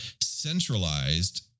centralized